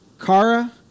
Kara